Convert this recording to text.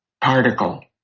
particle